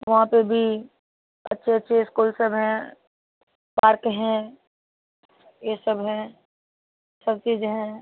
वहाँ पर भी अच्छे अच्छे इस्कूल सब हैं पार्क हैं यह सब हैं सब चीज़ हैं